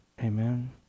Amen